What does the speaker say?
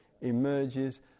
emerges